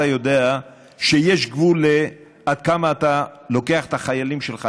יש גבול עד כמה אתה לוקח את החיילים שלך,